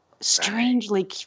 strangely